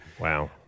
Wow